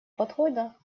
подхода